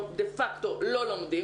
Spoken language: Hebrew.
דה-פקטו לא לומדים,